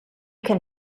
can